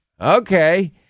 Okay